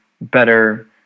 better